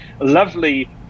lovely